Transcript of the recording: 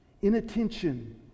inattention